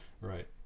Right